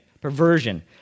Perversion